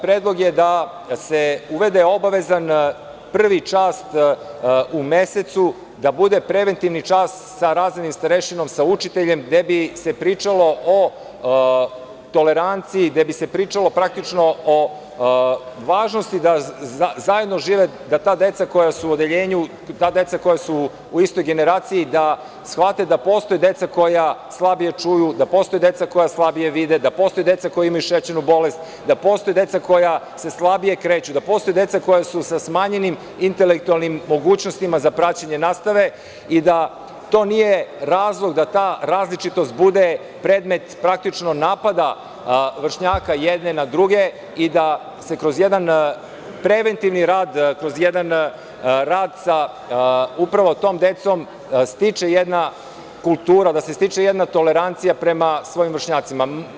Predlog je da se uvede obavezan prvi čas u mesecu da bude preventivni čas sa razrednim starešinom, sa učiteljem, gde bi se pričalo o toleranciji, gde bi se pričalo o važnosti da zajedno žive, da ta deca koja su u odeljenju, koja su ista generacija, da shvate da postoje deca koja slabije čuju, da postoje deca koja slabije vide, da postoje deca koja imaju šećernu bolest, da postoje deca koja se slabije kreću, da postoje deca koja su sa smanjenim intelektualnim mogućnostima za praćenje nastave i da to nije razlog da ta različitost bude predmet napada vršnjaka jedne na druge i da se kroz jedan preventivni rad, kroz jedan rad sa upravo tom decom stiče jedna kultura, jedna tolerancija prema svojim vršnjacima.